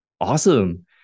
Awesome